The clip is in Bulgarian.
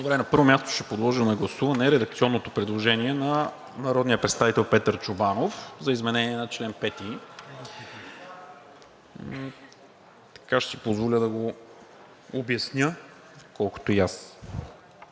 На първо място ще подложа на гласуване редакционното предложение на народния представител Петър Чобанов за изменение на § 5. Ще се опитам да го обясня, колкото до